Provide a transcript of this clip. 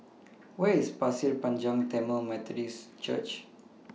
Where IS Pasir Panjang Tamil Methodist Church